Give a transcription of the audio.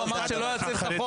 הוא אמר שלא היה צריך את החוק.